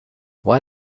why